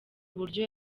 uburyo